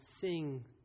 sing